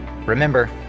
remember